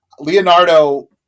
Leonardo